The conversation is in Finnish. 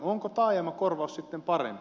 onko taajamakorvaus sitten parempi